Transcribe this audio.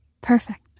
Perfect